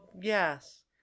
yes